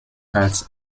als